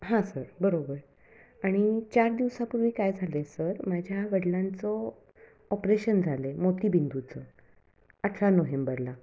हां सर बरोबर आणि चार दिवसापूर्वी काय झालं आहे सर माझ्या वडिलांचं ऑपरेशन झालं आहे मोतीबिंदूचं अठरा नोहेंबरला